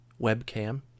webcam